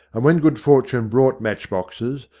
and when good fortune brought matchboxes,